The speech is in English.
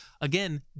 again